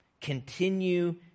Continue